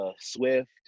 Swift